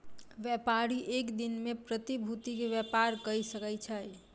व्यापारी एक दिन में प्रतिभूति के व्यापार कय सकै छै